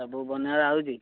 ସବୁ ବନେଇବା ଆସୁଛି